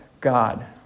God